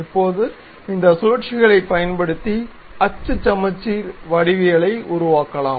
இப்போது இந்த சுழற்சிகளைப் பயன்படுத்தி அச்சு சமச்சீர் வடிவவியலை உருவாக்கலாம்